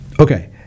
Okay